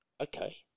okay